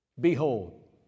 Behold